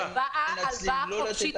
הלוואה חופשית,